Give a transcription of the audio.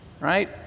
right